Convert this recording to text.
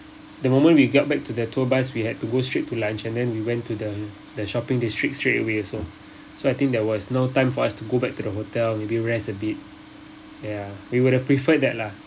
the moment we get back to the tour bus we had to go straight to lunch and then we went to the the shopping district straight away also so I think there was no time for us to go back to the hotel maybe rest a bit ya we would have preferred that lah